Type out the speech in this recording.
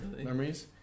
memories